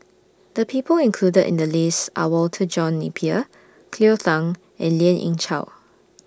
The People included in The list Are Walter John Napier Cleo Thang and Lien Ying Chow